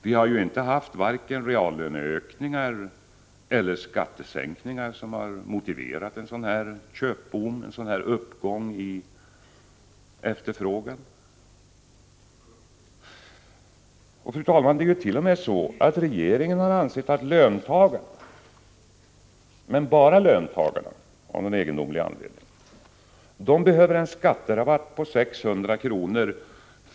Vi har ju varken haft reallöneökningar eller skattesänkningar som motiverat en köpboom, en sådan uppgång i efterfrågan. Det är t.o.m. så, fru talman, att regeringen har ansett att löntagarna — men bara löntagarna, av någon egendomlig anledning — behöver en skatterabatt på 600 kr.